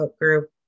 group